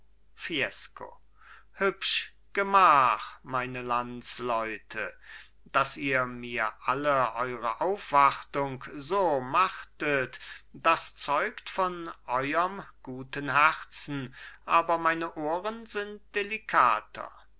fiesco hübsch gemach meine landsleute daß ihr mir alle eure aufwartung so machtet das zeugt von euerm guten herzen aber meine ohren sind delikater